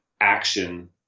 action